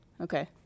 Okay